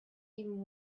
even